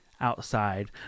outside